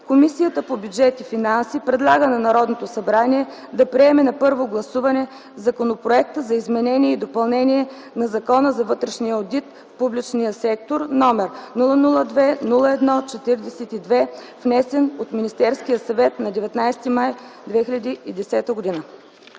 Комисията по бюджет и финанси предлага на Народното събрание да приеме на първо гласуване Законопроекта за изменение и допълнение на Закона за вътрешния одит в публичния сектор, № 002-01-42, внесен от Министерския съвет на 19 май 2010 г.”